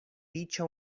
dicha